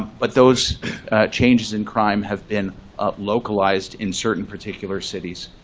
but those changes in crime have been localized in certain particular cities.